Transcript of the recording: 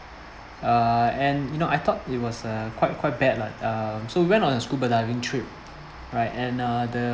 uh and you know I thought it was uh quite quite bad lah uh so we went on a scuba diving trip right and uh the